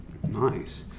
Nice